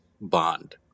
bond